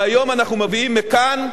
והיום אנחנו מביאים מכאן,